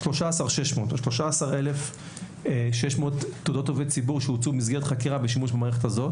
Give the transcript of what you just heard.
13,600 תעודות עובד ציבור שהוצאו במסגרת חקירה בשימוש במערכת הזאת.